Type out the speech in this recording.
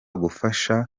gufasha